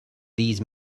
these